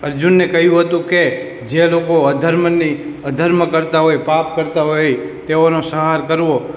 અર્જુનને કહ્યું હતું કે જે લોકો અધર્મની અધર્મ કરતા હોય પાપ કરતા હોય તેઓનો સંહાર કરવો